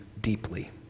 deeply